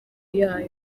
yawo